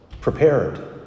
prepared